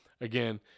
again